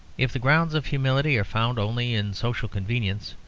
if the grounds of humility are found only in social convenience,